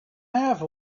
have